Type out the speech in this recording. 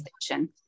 station